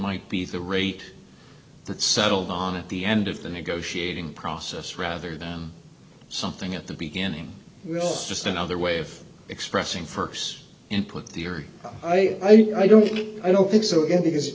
might be the rate that settled on at the end of the negotiating process rather than something at the beginning just another way of expressing first and put the or i i don't i don't think so again because